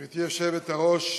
גברתי היושבת-ראש,